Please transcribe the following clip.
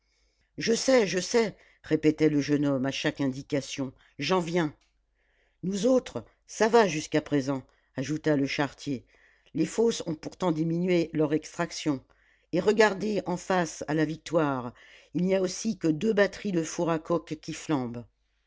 je sais je sais répétait le jeune homme à chaque indication j'en viens nous autres ça va jusqu'à présent ajouta le charretier les fosses ont pourtant diminué leur extraction et regardez en face à la victoire il n'y a aussi que deux batteries de fours à coke qui flambent